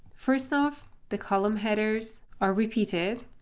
first off, the column headers are repeated,